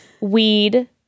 weed